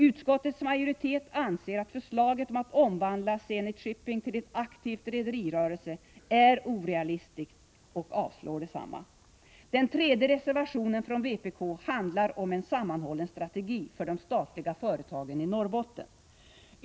Utskottets majoritet anser att förslaget att omvandla Zenit Shipping till en aktiv rederirörelse är orealistiskt och avstyrker detsamma. Den tredje reservationen från vpk handlar om en sammanhållen strategi för de statliga företagen i Norrbotten.